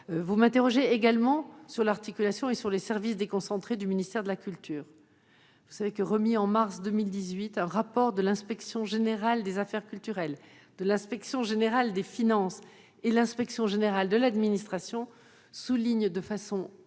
Vous m'interrogez également sur l'articulation et sur les services déconcentrés du ministère de la culture. Remis en mars 2018, un rapport de l'Inspection générale des affaires culturelles, de l'Inspection générale des finances et de l'Inspection générale de l'administration souligne de façon